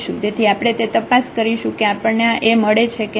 તેથી આપણે તે તાપસ કરીશું કે આપણને આ A મળે છે કે નહિ